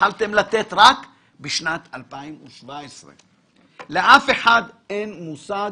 התחלתם לתת רק בשנת 2017. לאף אחד אין מושג